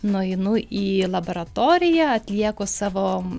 nueinu į laboratoriją atlieku savo